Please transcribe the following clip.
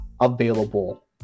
available